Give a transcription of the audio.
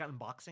unboxing